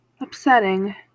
upsetting